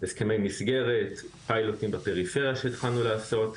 הסכמי מסגרת, פיילוטים בפריפריה שהתחלנו לעשות,